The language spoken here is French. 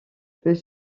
peut